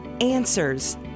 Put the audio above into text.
answers